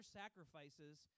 sacrifices